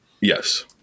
Yes